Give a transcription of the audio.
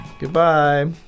Goodbye